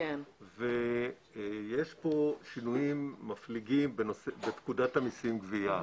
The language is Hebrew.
יש פה שינויים מפליגים בפקודת המיסים (גבייה).